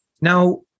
Now